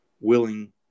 willing